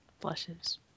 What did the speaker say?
blushes